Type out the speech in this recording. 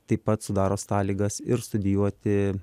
taip pat sudaro sąlygas ir studijuoti